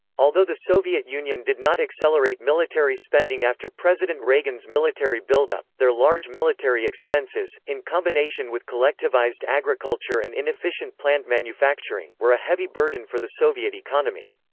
although the soviet union did not accelerate military spending after president reagan's military buildup, their large military expenses, in combination with collectivized agriculture and inefficient planned manufacturing, were a heavy burden for the soviet economy.